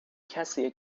کسیه